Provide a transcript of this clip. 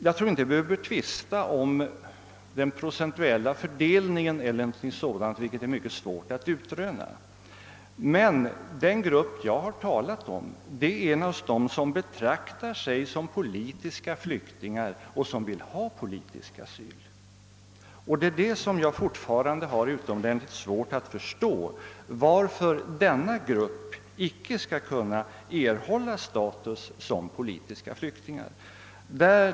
Jag tycker inte att vi behöver tvista om procentuella fördelningar inom den här gruppen. Något sådant är ju mycket svårt att utröna. Den grupp som jag har talat om är naturligtvis de desertörer som betraktar sig som politiska flyktingar och därför vill ha politisk asyl. Och jag har fortfarande utomordentligt svårt att förstå varför denna grupp inte skall kunna erhålla status som politiska flyktingar.